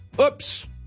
Oops